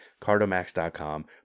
Cardomax.com